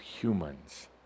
humans